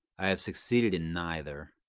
i have succeeded in neither.